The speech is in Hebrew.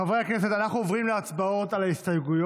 חברי הכנסת, אנחנו עוברים להצבעות על ההסתייגויות.